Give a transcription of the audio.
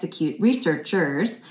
researchers